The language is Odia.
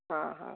ହଁ ହଉ